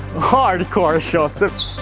hard core shot!